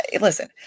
listen